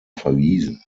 verwiesen